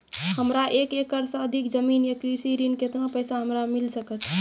हमरा एक एकरऽ सऽ अधिक जमीन या कृषि ऋण केतना पैसा हमरा मिल सकत?